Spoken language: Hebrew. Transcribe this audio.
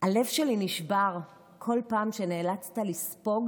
הלב שלי נשבר בכל פעם שנאלצת לספוג